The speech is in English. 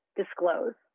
disclose